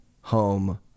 home